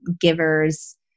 givers